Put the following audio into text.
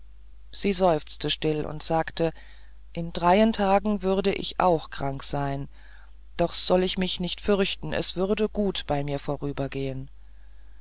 sie seufzte still und sagte in dreien tagen würd ich auch krank sein doch soll ich mich nicht fürchten es würde gut bei mir